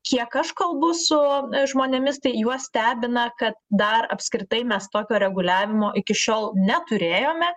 kiek aš kalbu su žmonėmis tai juos stebina kad dar apskritai mes tokio reguliavimo iki šiol neturėjome